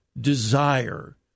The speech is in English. desire